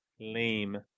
lame